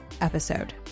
episode